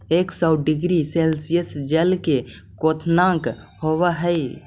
एक सौ degree Celsius जल के क्वथनांक होवऽ हई